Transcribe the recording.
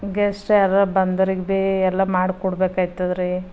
guest ಯಾರೋ ಬಂದೋರಿಗೆ ಬೇ ಎಲ್ಲ ಮಾಡಿಕೊಡ್ಬೇಕಾಯ್ತದ್ರೀ